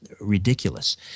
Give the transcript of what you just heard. Ridiculous